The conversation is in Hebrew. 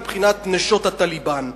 מבחינת נשות ה"טליבאן".